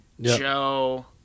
joe